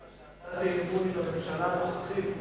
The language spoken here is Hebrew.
הצעת האי-אמון היא לממשלה הנוכחית,